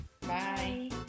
Bye